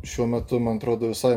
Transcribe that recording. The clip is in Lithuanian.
šiuo metu man atrodo visai